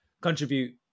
contribute